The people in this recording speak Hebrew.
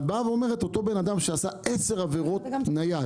את אומרת לאותו בן אדם שעשה עשר עבירות שימוש בנייד